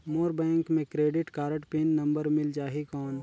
मोर bank मे credit card pin number मिल जाहि कौन?